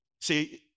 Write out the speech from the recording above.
See